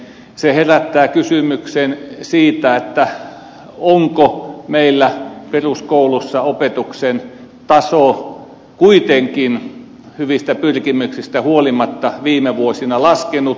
se herättää kysymyksen siitä onko meillä peruskoulussa opetuksen taso kuitenkin hyvistä pyrkimyksistä huolimatta viime vuosina laskenut